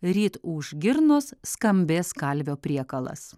ryt už girnos skambės kalvio priekalas